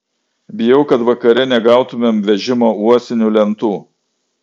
bijau kad vakare negautumėm vežimo uosinių lentų